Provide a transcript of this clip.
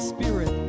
Spirit